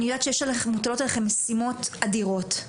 אני יודעת שמוטלות עליכם משימות אדירות.